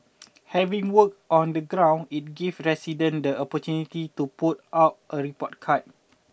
having worked on the ground it gives resident the opportunity to put out a report card